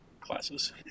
classes